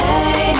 Hey